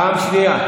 פעם שנייה.